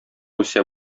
үсә